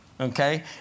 Okay